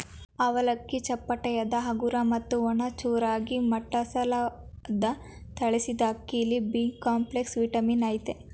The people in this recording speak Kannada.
ಅವಲಕ್ಕಿ ಚಪ್ಪಟೆಯಾದ ಹಗುರ ಮತ್ತು ಒಣ ಚೂರಾಗಿ ಮಟ್ಟವಾಗಿಸಲಾದ ತಳಿಸಿದಅಕ್ಕಿಲಿ ಬಿಕಾಂಪ್ಲೆಕ್ಸ್ ವಿಟಮಿನ್ ಅಯ್ತೆ